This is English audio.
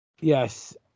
Yes